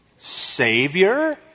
Savior